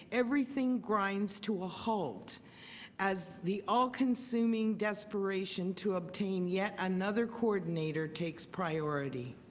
everything grinds to a halt as the all-consuming desperation to obtain yet another coordinator takes priority.